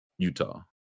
Utah